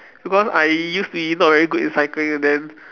because I used to be not very good in cycling then